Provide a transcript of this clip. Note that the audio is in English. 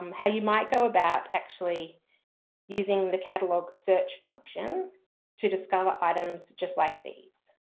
um how you might go about actually using the catalogue search function to discover items just like these.